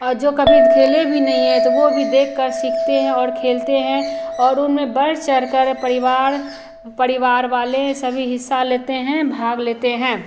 और जो कभी खेले भी नहीं हैं तो वे भी देखकर सीखते हैं और खेलते हैं और उनमें बढ़ चढ़कर परिवार परिवार वाले सभी हिस्सा लेते हैं भाग लेते हैं